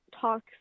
talks